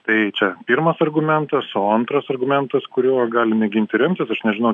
tai čia pirmas argumentas o antras argumentas kuriuo gali mėginti remtis aš nežinau